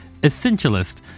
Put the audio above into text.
essentialist